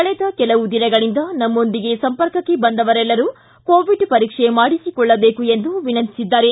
ಕಳೆದ ಕೆಲವು ದಿನಗಳಿಂದ ನಮ್ಮೊಂದಿಗೆ ಸಂಪರ್ಕಕ್ಕೆ ಬಂದವರೆಲ್ಲರೂ ಕೋವಿಡ್ ಪರೀಕ್ಷೆ ಮಾಡಿಸಿಕೊಳ್ಳಬೇಕು ಎಂದು ವಿನಂತಿಸಿದ್ದಾರೆ